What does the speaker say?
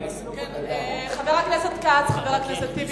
כנסת נכבדה,